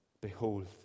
behold